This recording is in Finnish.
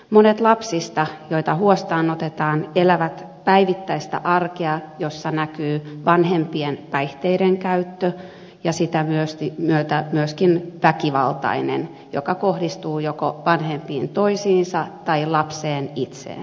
monet lapsista joita huostaanotetaan elävät päivittäistä arkea jossa näkyy vanhempien päihteidenkäyttö ja sitä myötä myöskin väkivalta joka kohdistuu joko vanhempiin tai lapseen itseensä